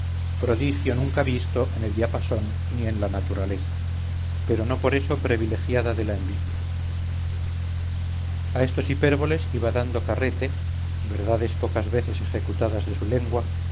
prodigio nunca visto en el diapasón ni en la naturaleza pero no por eso previlegiada de la envidia a estos hipérboles iba dando carrete verdades pocas veces ejecutadas de su lengua cuando al revolver otra calle pocas veces paseada a